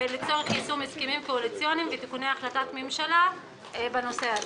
ולצורך יישום הסכמים קואליציוניים ותיקוני החלטת ממשלה בנושא הזה.